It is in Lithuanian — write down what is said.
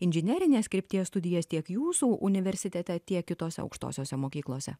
inžinerinės krypties studijas tiek jūsų universitete tiek kitose aukštosiose mokyklose